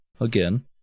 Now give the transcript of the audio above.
again